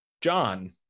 John-